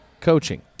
coaching